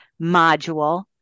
module